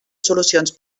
solucions